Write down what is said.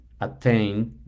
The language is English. attain